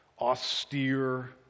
austere